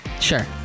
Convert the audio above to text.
Sure